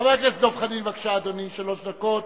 חבר הכנסת דב חנין, בבקשה, אדוני, שלוש דקות.